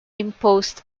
imposed